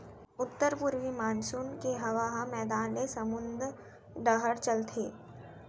उत्तर पूरवी मानसून के हवा ह मैदान ले समुंद डहर चलथे